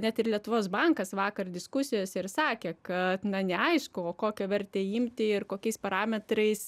net ir lietuvos bankas vakar diskusijose ir sakė kad na neaišku o kokią vertę imti ir kokiais parametrais